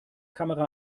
kamera